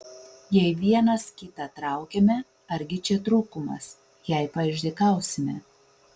jei vienas kitą traukiame argi čia trūkumas jei paišdykausime